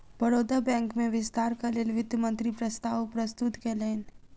Baroda bank में विस्तारक लेल वित्त मंत्री प्रस्ताव प्रस्तुत कयलैन